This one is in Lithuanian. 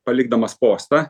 palikdamas postą